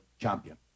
champion